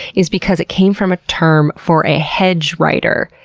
is because it came from a term for a hedge rider,